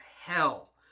hell